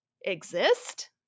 exist